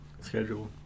schedule